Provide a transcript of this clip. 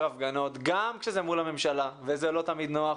הפגנות גם כשזה מול הממשלה וזה לא תמיד נוח.